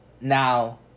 now